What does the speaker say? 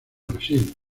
brasil